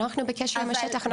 אנחנו בקשר עם השטח,